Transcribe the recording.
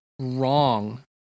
wrong